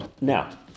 Now